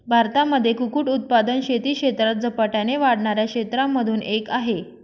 भारतामध्ये कुक्कुट उत्पादन शेती क्षेत्रात झपाट्याने वाढणाऱ्या क्षेत्रांमधून एक आहे